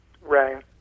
Right